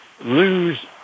lose